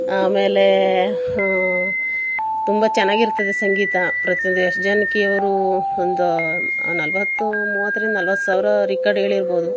ಆಮೇಲೆ ತುಂಬ ಚೆನ್ನಾಗಿರ್ತದೆ ಸಂಗೀತ ಪ್ರತಿಯೊಂದು ಎಸ್ ಜಾನಕಿಯವ್ರು ಒಂದು ನಲವತ್ತು ಮೂವತ್ತರಿಂದ ನಲವತ್ತು ಸಾವಿರ ರಿಕಾರ್ಡ್ ಹೇಳಿರ್ಬೋದು